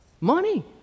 Money